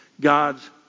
God's